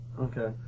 okay